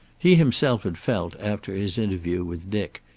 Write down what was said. he himself had felt, after his interview, with dick,